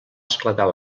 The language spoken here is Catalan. esclatar